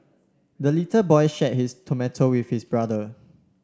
the little boy shared his tomato with his brother